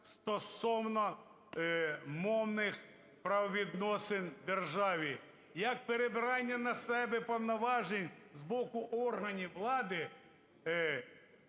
стосовно мовних правовідносин в державі, як перебирання на себе повноважень з боку органів влади